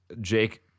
Jake